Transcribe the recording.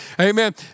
Amen